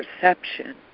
perception